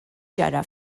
ġara